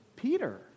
Peter